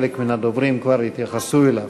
חלק מן הדוברים כבר התייחסו אליו.